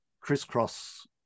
crisscross